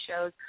shows